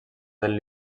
del